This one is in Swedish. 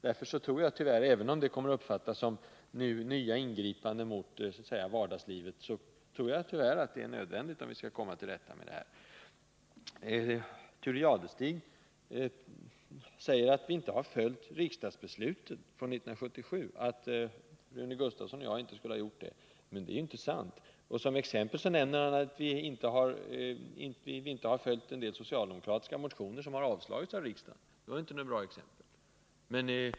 Därför tror jag att det —- även om det kommer att uppfattas som nya ingrepp i vardagslivet — är nödvändigt att ingripa mot försäljningen av snabbsatserna. Thure Jadestig sade att Rune Gustavsson och jag inte har följt riksdagens beslut från 1977. Det är inte sant. Som exempel nämnde Thure Jadestig att vi inte har följt en del socialdemokratiska motioner, som har avslagits av riksdagen. Det var inte något bra exempel.